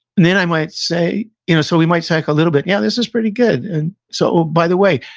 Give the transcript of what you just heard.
and then i might say, you know so, we might take a little bit, yeah, this is pretty good. and so oh, by the way,